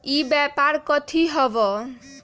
ई व्यापार कथी हव?